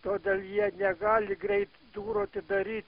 todėl jie negali greit durų atidary